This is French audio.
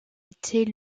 était